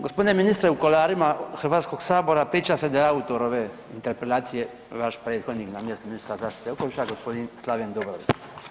Gospodine ministre u kuloarima Hrvatskog sabora priča se da je autor ove interpelacije vaš prethodnik na mjestu ministra zaštite okoliša gospodin Slaven Dobrović.